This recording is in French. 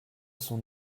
son